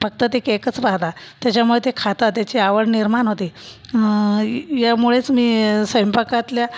फक्त ते केकच पाहतात त्याच्यामुळे ते खाता त्याची आवड निर्माण होते यामुळेच मी स्वयंपाकातल्या